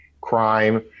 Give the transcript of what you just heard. crime